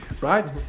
right